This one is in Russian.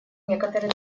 некоторые